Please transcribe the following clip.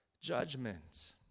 judgment